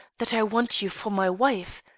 that i want you for my wife.